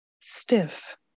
stiff